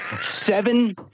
seven